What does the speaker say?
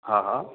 હા હા